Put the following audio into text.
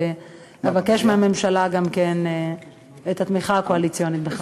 ואבקש מהממשלה גם כן את התמיכה הקואליציונית לכך.